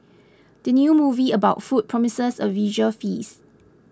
the new movie about food promises a visual feast